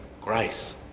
grace